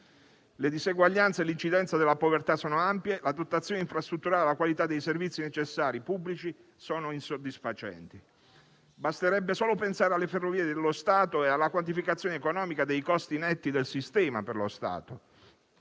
Le diseguaglianze e l'incidenza della povertà sono ampie, la dotazione infrastrutturale e la qualità dei servizi necessari pubblici sono insoddisfacenti. Basterebbe solo pensare alle ferrovie dello Stato e alla quantificazione economica dei costi netti del sistema per lo Stato